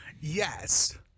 Yes